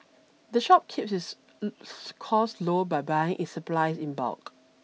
the shop keeps its costs low by buying its supplies in bulk